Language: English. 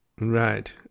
Right